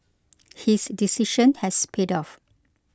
his decision has paid off